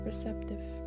Receptive